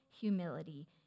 humility